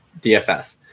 DFS